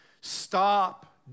Stop